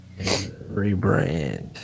Rebrand